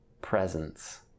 presence